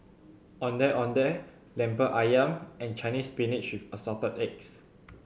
Ondeh Ondeh Lemper Ayam and Chinese Spinach with Assorted Eggs